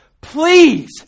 Please